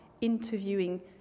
interviewing